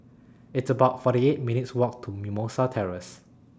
It's about forty eight minutes' Walk to Mimosa Terrace